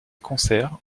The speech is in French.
concerts